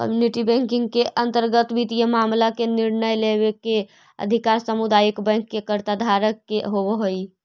community banking के अंतर्गत वित्तीय मामला में निर्णय लेवे के अधिकार सामुदायिक बैंक के कर्ता धर्ता के होवऽ हइ